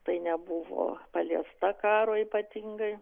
tai nebuvo paliesta karo ypatingai